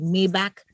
Maybach